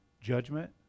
Judgment